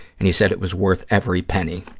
and he said it was worth every penny.